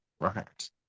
right